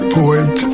poet